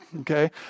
okay